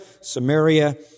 Samaria